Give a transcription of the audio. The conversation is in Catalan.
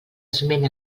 esment